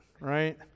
right